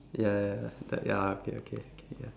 ya ya ya ya the ya okay okay okay ya